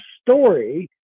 story